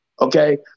Okay